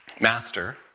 Master